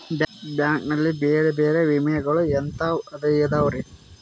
Bank ನಲ್ಲಿ ಬೇರೆ ಬೇರೆ ವಿಮೆಗಳು ಎಂತವ್ ಇದವ್ರಿ?